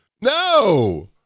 No